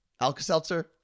Alka-Seltzer